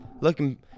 Looking